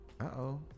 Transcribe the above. Uh-oh